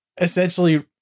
essentially